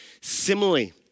Similarly